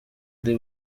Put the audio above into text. ari